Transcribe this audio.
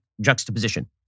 juxtaposition